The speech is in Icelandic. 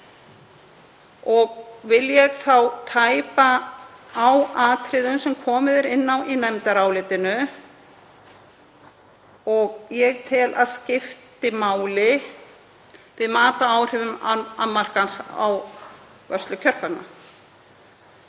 Vil ég þá tæpa á atriðum sem komið er inn á í nefndarálitinu og ég tel að skipti máli við mat á áhrifum annmarkans á vörslu kjörgagna.